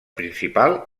principal